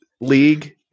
League